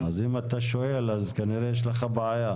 אז אם אתה שואל, כנראה יש לך בעיה.